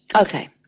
Okay